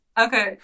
Okay